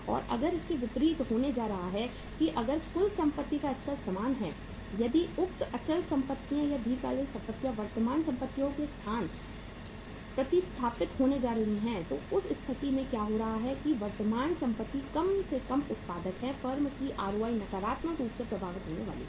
और अगर इसके विपरीत होने जा रहा है कि अगर कुल संपत्ति का स्तर समान है यदि उक्त अचल संपत्तियां या दीर्घकालिक परिसंपत्तियां वर्तमान परिसंपत्तियों के साथ प्रतिस्थापित होने जा रही हैं तो उस स्थिति में क्या हो रहा है कि वर्तमान संपत्ति कम से कम उत्पादक है फर्म की आरओआई ROI नकारात्मक रूप से प्रभावित होने वाली है